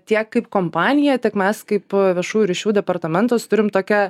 tiek kaip kompanija tiek mes kaip viešųjų ryšių departamentas turim tokią